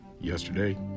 yesterday